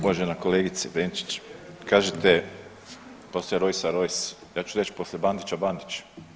Uvažena kolegice Benčić kažete poslije Rojsa, Rojs, ja ću reći poslije Bandića, Bandić.